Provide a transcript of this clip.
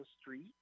Street